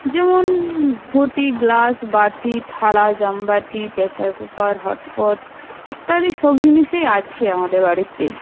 যেমন ঘটি গ্লাস বাটি থালা জামবাটি প্রেশার কুকার হটপট ইত্যাদি সব জিনিসেই আছে আমাদের বাড়িতে